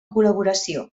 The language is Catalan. col·laboració